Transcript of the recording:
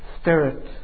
spirit